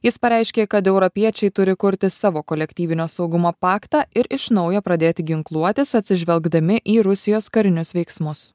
jis pareiškė kad europiečiai turi kurti savo kolektyvinio saugumo paktą ir iš naujo pradėti ginkluotis atsižvelgdami į rusijos karinius veiksmus